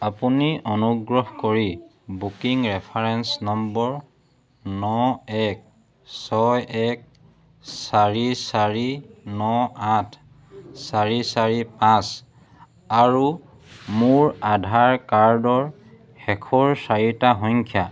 আপুনি অনুগ্ৰহ কৰি বুকিং ৰেফাৰেঞ্চ নম্বৰ ন এক ছয় এক চাৰি চাৰি ন আঠ চাৰি চাৰি পাঁচ আৰু মোৰ আধাৰ কাৰ্ডৰ শেষৰ চাৰিটা সংখ্যা